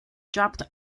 dropped